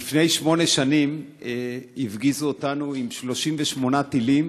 לפני שמונה שנים הפגיזו אותנו עם 38 טילים